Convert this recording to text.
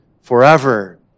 Forever